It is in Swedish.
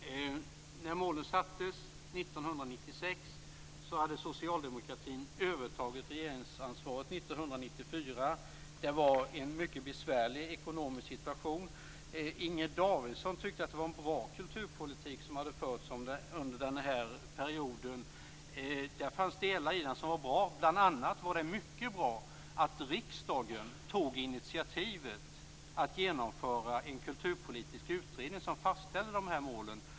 När målet sattes upp 1996 hade socialdemokratin övertagit regeringsansvaret 1994. Det var en mycket besvärlig ekonomisk situation. Inger Davidson tyckte att det var en bra kulturpolitik som hade förts under den här perioden. Det fanns delar i den som var bra. Bl.a. var det mycket bra att riksdagen tog initiativet att genomföra en kulturpolitisk utredning som fastställde de här målen.